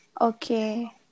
Okay